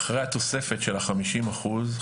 אחרי התוספת של החמישים אחוז,